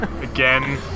again